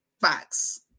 box